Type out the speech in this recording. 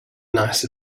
nice